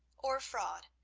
or fraud,